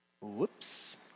Whoops